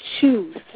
choose